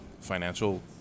financial